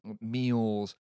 meals